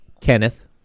Kenneth